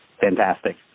Fantastic